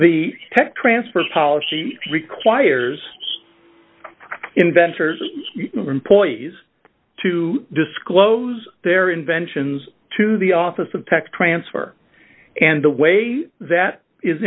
the tech transfers policy requires inventors employees to disclose their inventions to the office of tech transfer and the way that is